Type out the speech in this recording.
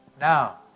Now